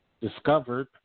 discovered